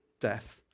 death